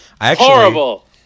Horrible